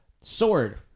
sword